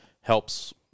helps